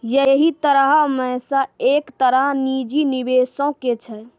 यहि तरहो मे से एक तरह निजी निबेशो के छै